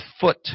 foot